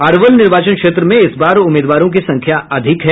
अरवल निर्वाचन क्षेत्र में इस बार उम्मीदवारों की संख्या अधिक है